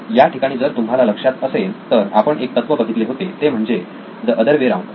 या ठिकाणी जर तुम्हाला लक्षात असेल तर आपण एक तत्व बघितले होते ते म्हणजे द अदर वे राऊंड